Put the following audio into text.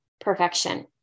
perfection